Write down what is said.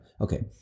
Okay